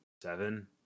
Seven